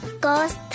Ghost